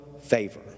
favor